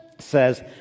says